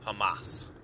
Hamas